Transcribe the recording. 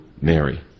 Mary